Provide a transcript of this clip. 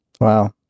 Wow